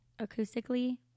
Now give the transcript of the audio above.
acoustically